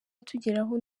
atugeraho